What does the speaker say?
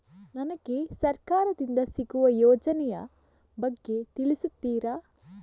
ನನಗೆ ಸರ್ಕಾರ ದಿಂದ ಸಿಗುವ ಯೋಜನೆ ಯ ಬಗ್ಗೆ ತಿಳಿಸುತ್ತೀರಾ?